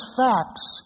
facts